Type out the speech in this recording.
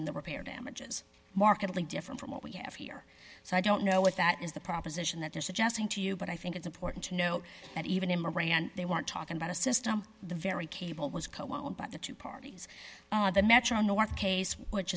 in the repair damages markedly different from what we have here so i don't know what that is the proposition that they're suggesting to you but i think it's important to note that even in moran they weren't talking about a system the very cable was cohen but the two parties on the metro north case which